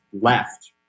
left